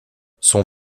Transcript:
son